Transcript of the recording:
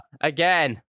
again